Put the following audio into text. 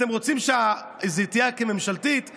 אתם רוצים שזו תהיה הצעה ממשלתית?